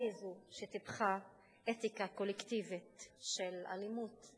הממשלה היא זו שטיפחה אתיקה קולקטיבית של אלימות,